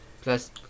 Plus